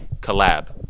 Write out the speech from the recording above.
collab